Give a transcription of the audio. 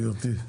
גברתי?